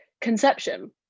conception